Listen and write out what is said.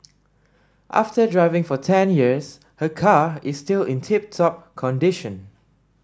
after driving for ten years her car is still in tip top condition